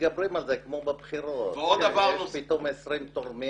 מתגברים על זה, כמו בבחירות, יש פתאום 20 תורמים